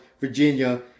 Virginia